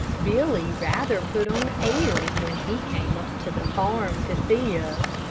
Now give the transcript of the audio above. billy rather put on airs when he came up to the farm to see us,